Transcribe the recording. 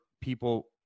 people